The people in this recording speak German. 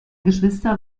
geschwister